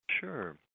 Sure